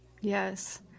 yes